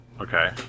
Okay